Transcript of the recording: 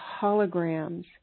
holograms